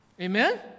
Amen